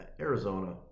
Arizona